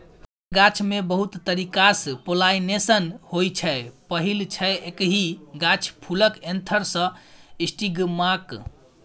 फरक गाछमे बहुत तरीकासँ पोलाइनेशन होइ छै पहिल छै एकहि गाछ फुलक एन्थर सँ स्टिगमाक